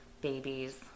babies